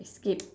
skip